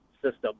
system